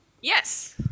Yes